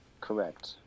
Correct